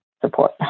support